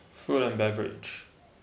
food and beverage